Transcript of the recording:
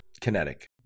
Kinetic